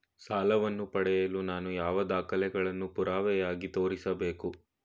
ಸಾಲವನ್ನು ಪಡೆಯಲು ನಾನು ಯಾವ ದಾಖಲೆಗಳನ್ನು ಪುರಾವೆಯಾಗಿ ತೋರಿಸಬೇಕು?